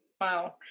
wow